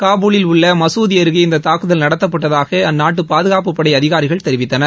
காபூலில் உள்ள மசூதி அருகே இந்த தாக்குதல் நடத்தப்பட்டதாக அந்நாட்டு பாதுகாப்புப் படை அதிகாரிகள் தெரிவித்தனர்